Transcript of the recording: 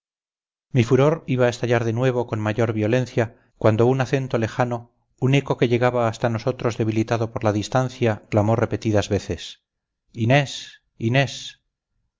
mi furor iba a estallar de nuevo con mayor violencia cuando un acento lejano un eco que llegaba hasta nosotros debilitado por la distancia clamó repetidas veces inés inés